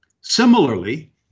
Similarly